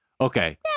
Okay